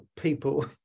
people